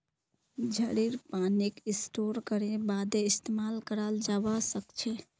झड़ीर पानीक स्टोर करे बादे इस्तेमाल कराल जबा सखछे